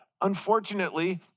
unfortunately